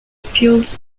appealed